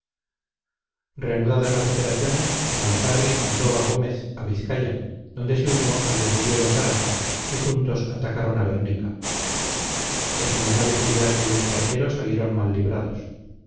reanudadas las operaciones zumalacárregui mandó a gómez a vizcaya donde se unió al guerrillero sarasa y juntos atacaron a guernica los generales iriarte y espartero salieron mal librados